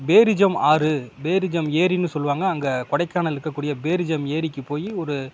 பேரிஜம் ஆறு பேரிஜம் ஏரின்னு சொல்லுவாங்கள் அங்கே கொடைக்கானலில் இருக்கக்கூடிய பேரிஜம் எரிக்கு போய் ஒரு